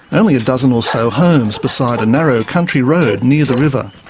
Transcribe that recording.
only a dozen or so homes beside a narrow country road near the river.